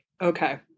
Okay